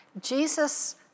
Jesus